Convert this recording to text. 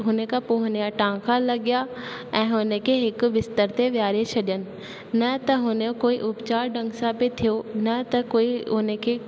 हुन खां पोइ हुन जा टांका लॻिया ऐं हुन खे हिकु बिस्तर ते वेहारे छॾनि न त हुन जो कोई उपचारु ढंग सां पियो थियो न त कोई उन खे